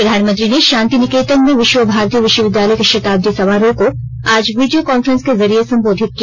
प्रधानमंत्री ने शांति निकेतन में विश्व भारती विश्वविद्यालय के शताब्दी समारोह को आज वीडियो कॉन्फ्रेंस के जरिए संबोधित किया